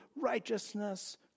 righteousness